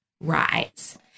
rise